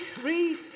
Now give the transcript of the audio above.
read